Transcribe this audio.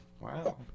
Wow